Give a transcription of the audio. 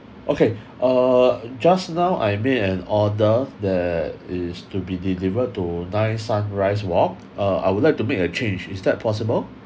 okay uh just now I made an order that is to be delivered to nine sunrise walk uh I would like to make a change is that possible